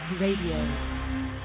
Radio